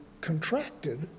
contracted